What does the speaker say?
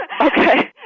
Okay